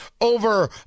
over